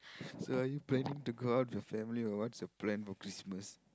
so are you planning to go out with your family or what's your plan for Christmas